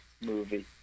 movie